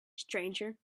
stranger